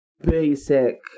basic